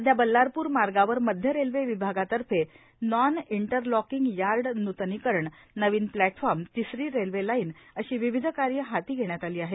सध्या बल्लारपूर मार्गावर मध्य रेल्वे विभागातर्फे नॉन इंटरलोकिंग यार्ड न्तनीकरण नवीन प्लॅटफॉर्म तिसरी रेल्वे लाईन अशी विविध कार्य हाती घेण्यात आली आहेत